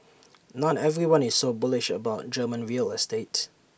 not everyone is so bullish about German real estate